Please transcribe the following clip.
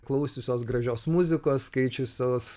klausiusios gražios muzikos skaičiusios